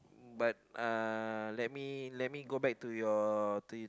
but uh let me let me go back to your to